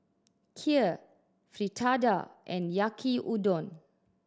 Kheer Fritada and Yaki Udon